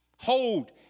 Hold